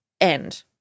end